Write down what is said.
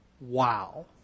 Wow